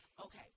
Okay